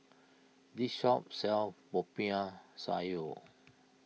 this shop sells Popiah Sayur